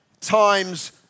times